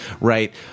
Right